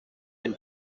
can